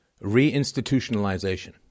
reinstitutionalization